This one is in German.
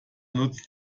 nutzt